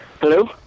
Hello